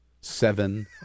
seven